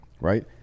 right